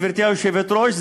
גברתי היושבת-ראש,